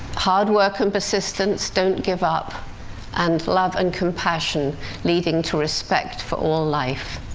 hard work and persistence don't give up and love and compassion leading to respect for all life.